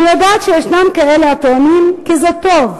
אני יודעת שישנם כאלה הטוענים כי זה טוב.